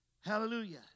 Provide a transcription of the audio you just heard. Hallelujah